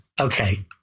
Okay